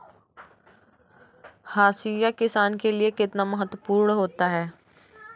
हाशिया किसान के लिए कितना महत्वपूर्ण होता है?